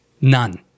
None